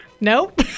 Nope